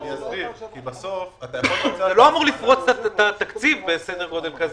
זה לא אמור לפרוץ את התקציב בסדר גודל כזה,